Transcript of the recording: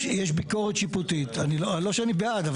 יש ביקורת שיפוטית, אני לא, לא שאני בעד.